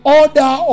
order